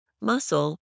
muscle